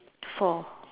four